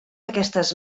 aquestes